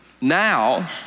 now